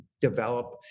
develop